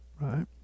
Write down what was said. right